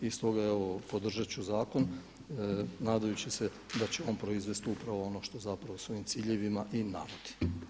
I stoga, evo podržati ću zakon, nadajući se da će on proizvesti upravo ono što zapravo sa ovim ciljevima i navodi.